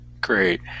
Great